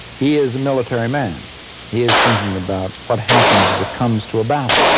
he is a military man. he is thinking about what happens if it comes to a battle.